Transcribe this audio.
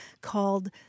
called